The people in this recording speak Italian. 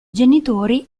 genitori